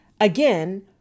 Again